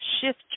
shift